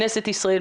כנסת ישראל,